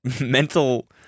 mental